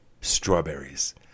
strawberries